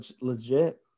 legit